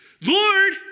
Lord